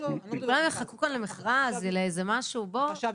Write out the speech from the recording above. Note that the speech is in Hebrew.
כולם יחכו כאן למכרז?! לאיזה משהו?! החשב